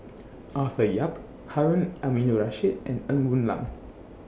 Arthur Yap Harun Aminurrashid and Ng Woon Lam